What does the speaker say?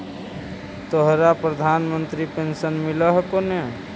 तोहरा प्रधानमंत्री पेन्शन मिल हको ने?